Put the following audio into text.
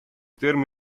term